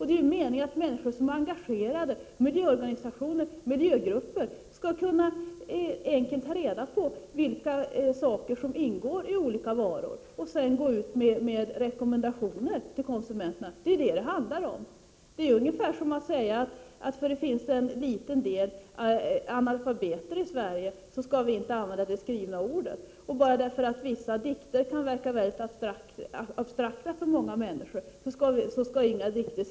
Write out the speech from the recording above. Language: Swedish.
Det är ju meningen att folk som är engagerade, miljöorganisationer och miljögrupper, enkelt skall kunna ta reda på vilka ämnen som ingår i olika varor och sedan gå ut med rekommendationer till konsumenterna. Det är vad det handlar om. Grethe Lundblads resonemang innebär ungefär detsamma som att eftersom det finns ett fåtal analfabeter i Sverige skall vi inte använda det skrivna ordet, eller eftersom vissa dikter kan förefalla abstrakta för många människor skall det inte skrivas några dikter.